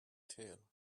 tail